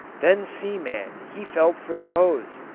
then seaman he felt for the hose,